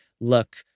look